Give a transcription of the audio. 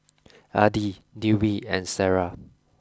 Adi Dwi and Sarah